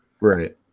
Right